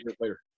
later